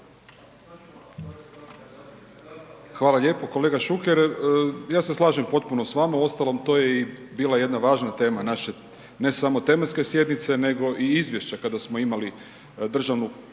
Hvala lijepo kolega Šuker. Ja se slažem potpuno s vama, uostalom to je i bila jedna važna tema naše ne samo tematske sjednice, nego i izvješća kada smo imali Državnu komisiju